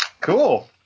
cool